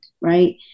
right